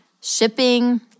shipping